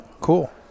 cool